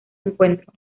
encuentro